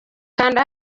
kanda